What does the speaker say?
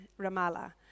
Ramallah